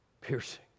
piercing